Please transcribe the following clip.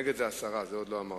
נגד זה הסרה, את זה עוד לא אמרתי.